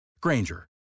Granger